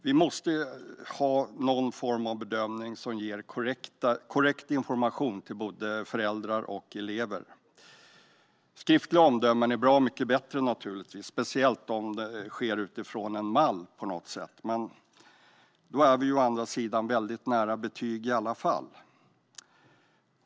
Vi måste ha någon form av bedömning som ger korrekt information till både föräldrar och elever. Skriftliga omdömen är naturligtvis bra mycket bättre, speciellt om det sker utifrån en mall på något sätt. Då är vi å andra sidan väldigt nära betyg i alla fall.